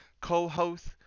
co-host